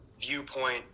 viewpoint